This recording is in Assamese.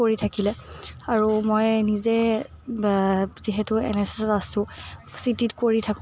কৰি থাকিলে আৰু মই নিজে যিহেতু এন এছ এছত আছোঁ চিটিত কৰি থাকোঁ